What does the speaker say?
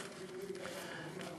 עובדים שהולכים הביתה,